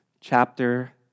chapter